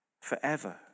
forever